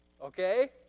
Okay